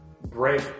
break